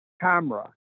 camera